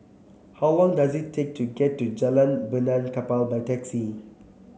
how long does it take to get to Jalan Benaan Kapal by taxi